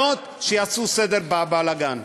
שיעשו סדר בבלגן.